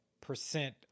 percent